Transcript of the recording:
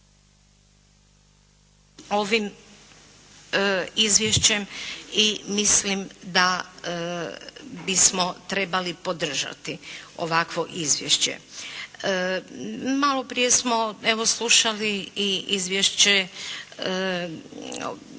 … izvješćem i mislim da bismo trebali podržati ovakvo izvješće. Malo prije smo evo slušali i izvješće